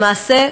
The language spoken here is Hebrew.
למעשה,